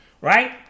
right